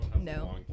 No